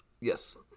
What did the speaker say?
yes